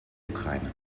ukraine